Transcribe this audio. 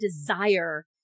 desire